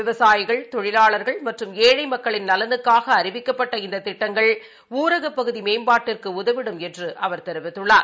விவசாயிகள் தொழிலாளர்கள் மற்றும் ஏழைமக்களின் நலனுக்காகஅறிவிக்கப்பட்ட இந்ததிட்டங்கள் ஊரகப்பகுதிமேம்பாட்டிற்குஉதவிடும் என்றுதெரிவித்துள்ளார்